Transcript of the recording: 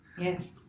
Yes